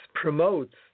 promotes